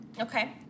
Okay